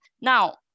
Now